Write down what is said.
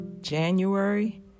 January